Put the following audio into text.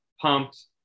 pumped